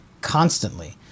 constantly